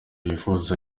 yifuza